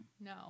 No